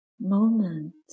moment